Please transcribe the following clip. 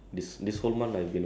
ya everyday